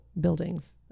buildings